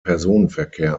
personenverkehr